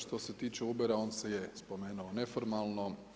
Što se tiče Ubera on se je spomenuo neformalno.